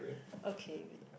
okay